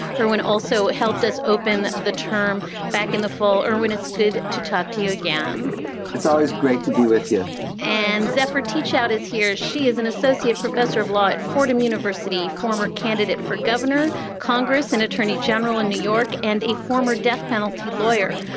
irwin also helped us open the term back in the fall. irwin, it's good to talk to you again it's always great to be with you and zephyr teachout is here. she is an associate professor of law at fordham university, former candidate for governor, congress and attorney general in new york, and a former death penalty lawyer.